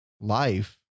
life